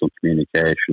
communication